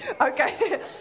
Okay